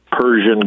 Persian